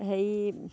হেৰি